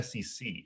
SEC